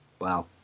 Wow